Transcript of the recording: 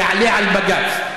תעלה על בג"ץ.